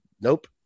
Nope